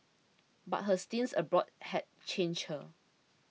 but her stints abroad had changed her